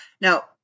Now